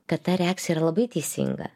kad ta reakcija yra labai teisinga